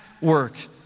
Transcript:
work